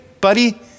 buddy